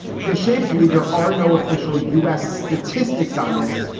because shamefully, there are no official u s. statistics on this.